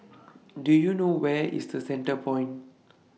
Do YOU know Where IS The Centrepoint